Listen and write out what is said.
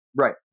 right